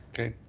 okay.